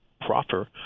proffer